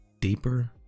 deeper